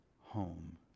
home